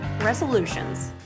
Resolutions